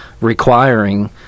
requiring